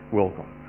welcome